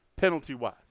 penalty-wise